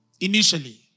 Initially